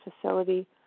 facility